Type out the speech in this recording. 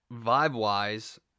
vibe-wise